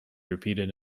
repeated